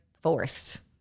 forced